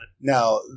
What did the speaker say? Now